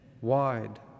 wide